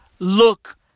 Look